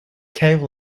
cave